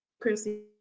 Chrissy